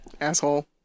Asshole